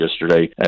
yesterday